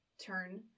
turn